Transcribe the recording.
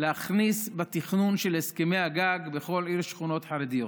להכניס בתכנון של הסכמי הגג בכל עיר שכונות חרדיות.